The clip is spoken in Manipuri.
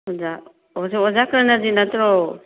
ꯑꯣꯖꯥ ꯑꯣꯖꯥ ꯑꯣꯖꯥ ꯀꯔꯅꯖꯤꯠ ꯅꯠꯇ꯭ꯔꯣ